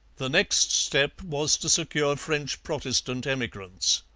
the next step was to secure french protestant emigrants.